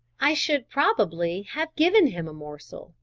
i should, probably, have given him a morsel,